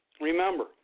Remember